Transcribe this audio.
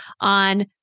on